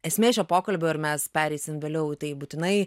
esmė šio pokalbio ir mes pereisim vėliau į tai būtinai